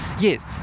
Yes